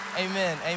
Amen